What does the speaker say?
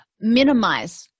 minimize